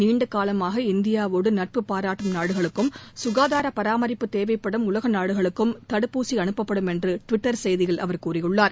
நீண்ட காலமாக இந்தியாவோடு நட்பு பாராட்டும் நாடுகளுக்கும் சுகாதார பராமரிப்பு தேவைப்படும் உலக நாடுகளுக்கும் தடுப்பூசி அனுப்பப்படும் என்று டுவிட்டர் செய்தியில் அவர் கூறியுள்ளார்